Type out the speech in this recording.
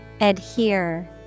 Adhere